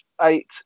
eight